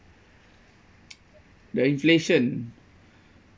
the inflation